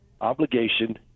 obligation